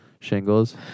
shingles